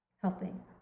Helping